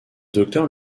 docteur